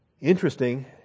Interesting